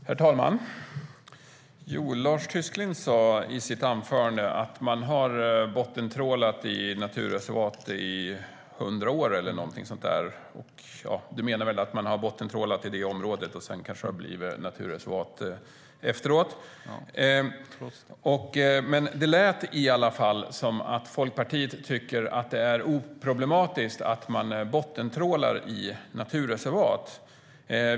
Herr talman! Lars Tysklind sa i sitt anförande att man har bottentrålat i naturreservat i hundra år eller något sådant. Han menade väl att man har bottentrålat i det område som sedan blivit naturreservat. Det lät som om Folkpartiet tycker att det är oproblematiskt att man bottentrålar i naturreservat.